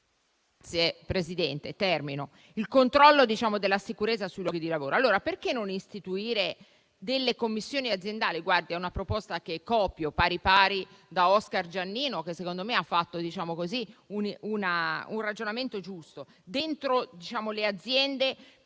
Grazie, Presidente. Il controllo della sicurezza sui luoghi di lavoro. Perché non istituire delle commissioni aziendali - è una proposta che copio, pari pari, da Oscar Giannino, che secondo me ha fatto un ragionamento giusto - all'interno delle aziende